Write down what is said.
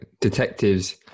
Detectives